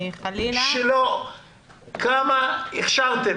כמה הכשרתם?